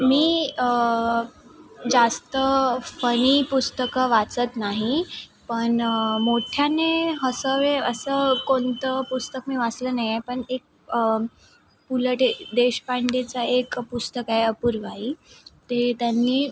मी जास्त फनी पुस्तकं वाचत नाही पण मोठ्याने हसावे असं कोणतं पुस्तक मी वाचलं नाही आहे पण एक पुलं डे देशपांडेचं एक पुस्तक आहे अपूर्वाई ते त्यांनी